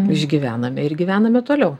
išgyvename ir gyvename toliau